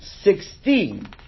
sixteen